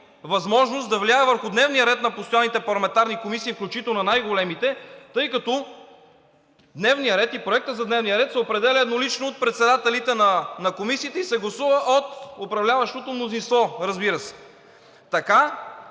възможност да влияе върху дневния ред на постоянните парламентарни комисии, включително на най-големите, тъй като дневният ред и проектът за дневния ред се определя еднолично от председателите на комисиите и се гласува от управляващото мнозинство, разбира се. Така